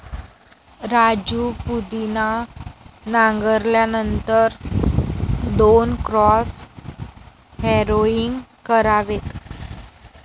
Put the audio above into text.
राजू पुदिना नांगरल्यानंतर दोन क्रॉस हॅरोइंग करावेत